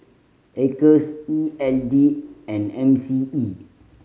Acres E L D and M C E